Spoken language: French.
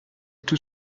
tout